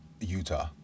Utah